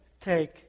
take